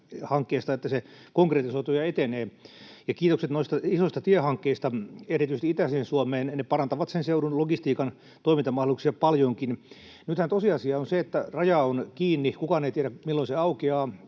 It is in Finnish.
hankkeesta, että se konkretisoituu ja etenee. Ja kiitokset noista isoista tiehankkeista erityisesti itäiseen Suomeen. Ne parantavat sen seudun logistiikan toimintamahdollisuuksia paljonkin. Nythän tosiasia on se, että raja on kiinni. Kukaan ei tiedä, milloin se aukeaa.